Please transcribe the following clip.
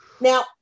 Now